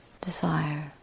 desire